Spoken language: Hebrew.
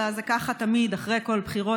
אלא זה ככה תמיד אחרי כל בחירות,